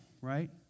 right